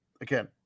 Again